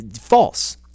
false